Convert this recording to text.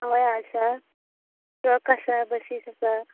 हया आसा ट्रक आसा बशीस आसा